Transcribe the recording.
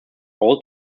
all